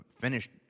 finished